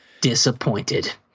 Disappointed